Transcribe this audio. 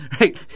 right